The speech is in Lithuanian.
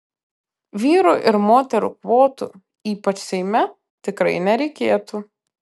vyrų ir moterų kvotų ypač seime tikrai nereikėtų